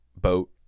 boat